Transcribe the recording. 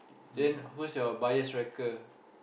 then who's your bias wrecker